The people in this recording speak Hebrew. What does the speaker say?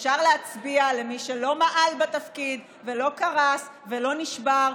אפשר להצביע למי שלא מעל בתפקיד ולא קרס ולא נשבר,